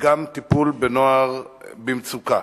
וגם טיפול בנוער במצוקה.